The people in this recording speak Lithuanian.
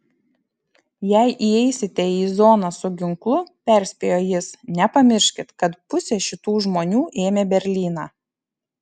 jei įeisite į zoną su ginklu perspėjo jis nepamirškit kad pusė šitų žmonių ėmė berlyną